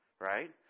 Right